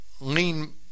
lean